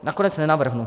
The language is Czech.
Nakonec nenavrhnu.